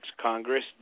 Congress